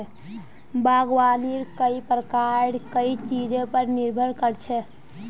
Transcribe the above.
बागवानीर कई प्रकार कई चीजेर पर निर्भर कर छे